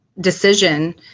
decision